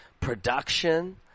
production